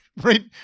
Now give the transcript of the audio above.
right